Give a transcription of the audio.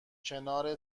کنار